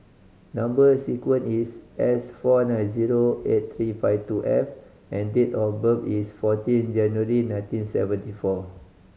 number sequence is S four nine zero eight three five two F and date of birth is fourteen January nineteen seventy four